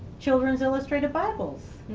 children's illustrated bibles.